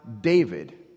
David